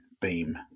beam